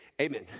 amen